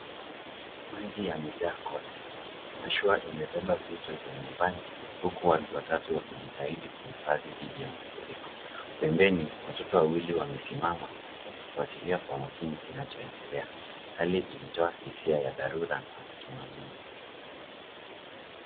Maji yamejaa kote. Mashua imebeba vitu vya nyumbani huku watu watatu wakijitahidi kuhifadhi dhidi ya mafuriko. Pembeni watoto wawili wamesimama wakifuatilia kwa makini kinachoendelea. Hali ilitoa hisia ya dharura na matumaini.